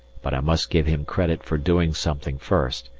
but i must give him credit for doing something first,